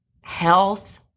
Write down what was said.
health